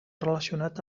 relacionat